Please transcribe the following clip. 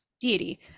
deity